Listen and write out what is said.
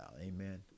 amen